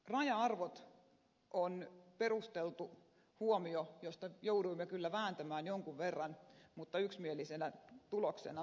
raja arvoja koskeva asia on perusteltu huomio josta jouduimme kyllä vääntämään jonkun verran mutta yksimielisinä tuloksena ne tulivat